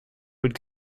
would